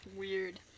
Weird